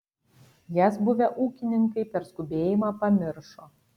jas buvę ūkininkai per skubėjimą pamiršo